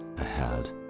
ahead